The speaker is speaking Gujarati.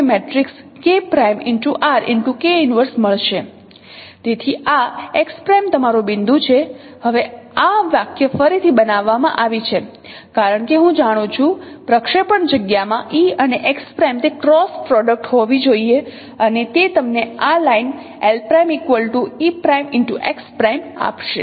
તેથી આ x' તમારો બિંદુ છે હવે આ વાક્ય ફરીથી બનાવવામાં આવી છે કારણ કે હું જાણું છું પ્રક્ષેપણ જગ્યામાં e અને x' તે ક્રોસ પ્રોડક્ટ હોવી જોઈએ અને તે તમને આ લાઇન આપશે